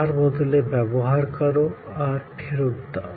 তার বদলে ব্যবহার করো আর ফেরত দাও